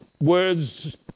words